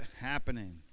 happening